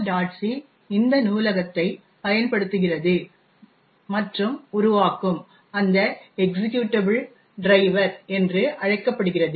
c இந்த நூலகத்தைப் பயன்படுத்துகிறது மற்றும் உருவாக்கும் அந்த எக்சிக்யுடபிள் டிரைவர் என்று அழைக்கப்படுகிறது